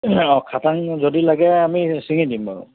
অঁ খাটাং যদি লাগে আমি ছিঙি দিম বাৰু